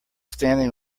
standing